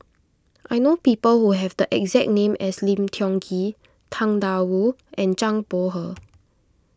I know people who have the exact name as Lim Tiong Ghee Tang Da Wu and Zhang Bohe